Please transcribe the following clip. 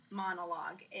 monologue